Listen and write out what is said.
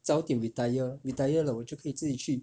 早点 retire retire 了我就可以自己去